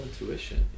intuition